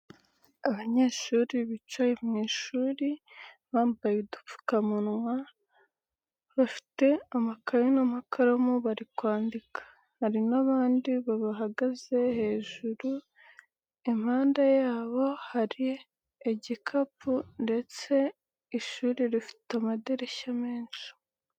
Abanyeshuri bicaye mu ishuri bambaye udupfukamunwa, bafite amakaye n'amakaramu bari kwandika, hari n'abandi bahagaze hejuru impande yabo hari igikapu ndetse ishuri rifite amadirishya menshi.